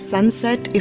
Sunset